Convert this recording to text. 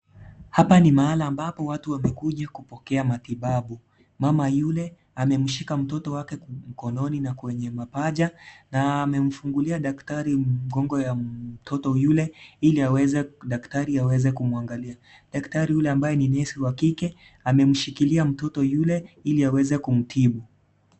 Hapa ni mahali ambapo watu wanakuja kupokea matibabu, mama yule amemshika mtoto wake mkononi na kwenye mapaja na amemfungulia daktari mkongo ya mtoto yule ile daktari aweze kumwangalia. Daktari yule ambaye ni nesi wa kike amemshikilia mtoto yule ili aweze kumtibu.